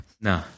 no